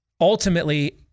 ultimately